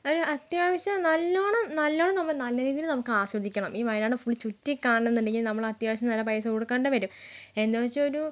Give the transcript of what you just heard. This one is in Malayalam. ഒരു അത്യാവശ്യ നല്ലവണ്ണം നല്ലവണ്ണം നമ്മൾ നല്ല രീതിയിൽ നമുക്ക് ആസ്വദിക്കണം ഈ വയനാട് ഫുൾ ചുറ്റി കാണണമെന്നുണ്ടെങ്കിൽ നമ്മൾ അത്യാവശ്യം നല്ല പൈസ കൊടുക്കേണ്ടി വരും എന്ന് വെച്ചൊരു